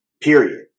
period